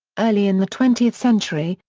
early in the twentieth century,